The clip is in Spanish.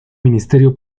ministerio